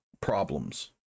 problems